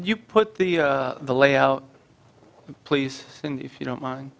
you put the the layout please and if you don't mind